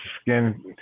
skin